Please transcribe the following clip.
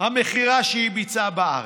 המכירה שהיא ביצעה בארץ.